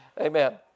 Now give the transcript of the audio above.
Amen